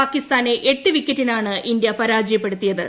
പാകിസ്ഥാനെ എട്ട് വിക്കറ്റിനാണ് ഇന്ത്യാ പരാജയപ്പെടുത്തിയത്